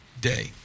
day